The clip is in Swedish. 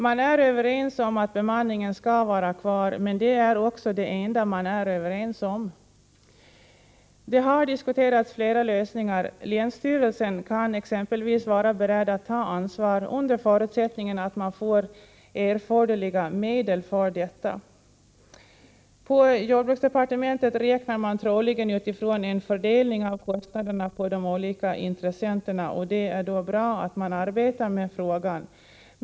Man är överens om att bemanningen skall vara kvar, men det är också det enda man är överens om. Det har diskuterats flera lösningar. Länsstyrelsen kan exempelvis vara beredd att ta ansvar under förutsättning att man får erforderliga medel för detta. På jordbruksdepartementet räknar man troligen med utgångspunkt i en fördelning av kostnaderna på de olika intressenterna, och det är bra att man arbetar med frågan.